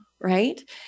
right